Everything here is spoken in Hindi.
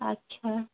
अच्छा